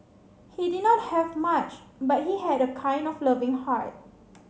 he did not have much but he had a kind of loving heart